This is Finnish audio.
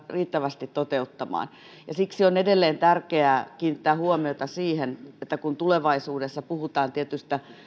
riittävästi toteuttamaan siksi on edelleen tärkeää kiinnittää huomiota siihen että kun tulevaisuudessa puhutaan tietystä